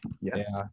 yes